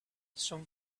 some